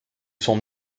son